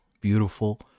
Beautiful